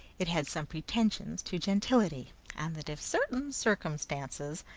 it had some pretensions to gentility and that if certain circumstances,